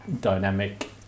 dynamic